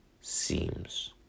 seems